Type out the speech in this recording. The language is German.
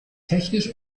technisch